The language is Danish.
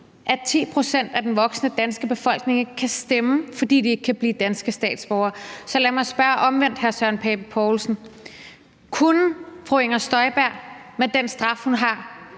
at 10 pct. af den voksne danske befolkning ikke kan stemme, fordi de ikke kan blive danske statsborgere. Så lad mig spørge omvendt, hr. Søren Pape Poulsen: Kunne fru Inger Støjberg med den straf, hun har,